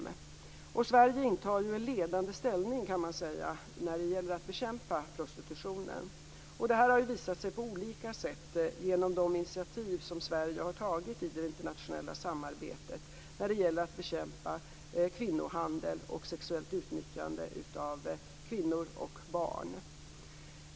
Man kan säga att Sverige intar den ledande ställningen när det gäller att bekämpa prostitutionen. Detta har visat sig genom de olika initiativ som Sverige har tagit i det internationella samarbetet när det gäller att bekämpa kvinnohandel och sexuellt utnyttjande av kvinnor och barn.